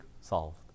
solved